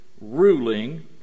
ruling